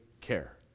care